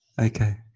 Okay